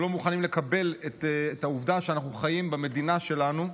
שלא מוכנים לקבל את העובדה שאנחנו חיים במדינה שלנו,